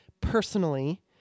personally